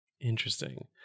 Interesting